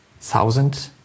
thousand